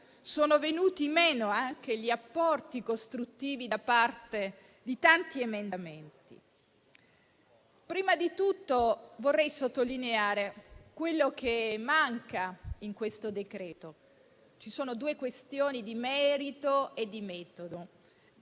sono venuti meno anche gli apporti costruttivi da parte di tanti emendamenti. Prima di tutto, vorrei sottolineare quello che manca in questo decreto-legge. Ci sono due questioni, di merito e di metodo: